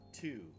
two